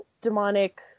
demonic